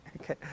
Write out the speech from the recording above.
Okay